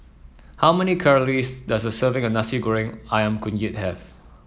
how many calories does a serving of Nasi Goreng ayam kunyit have